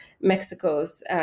Mexico's